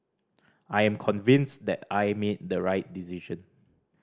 I am convinced that I made the right decision